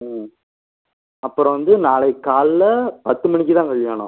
ம் அப்புறம் வந்து நாளைக்கு காலைல பத்து மணிக்கு தான் கல்யாணம்